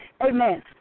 Amen